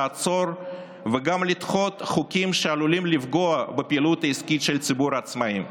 לעצור וגם לדחות חוקים שעלולים לפגוע בפעילות העסקית של ציבור העצמאים.